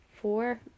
four